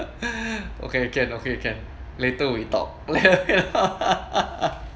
okay can okay can later we talk